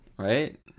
Right